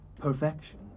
Perfection